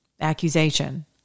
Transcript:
Accusation